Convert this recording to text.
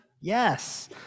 yes